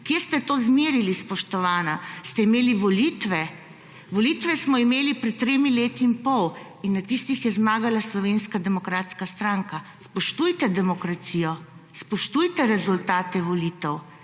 Kje ste to izmerili, spoštovana? Ste imeli volitve? Volitve smo imeli pred 3 leti in pol. In na tistih je zmagala Slovenska demokratska stranka. Spoštujte demokracijo, spoštujte rezultate volitev.